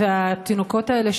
התינוקות האלה,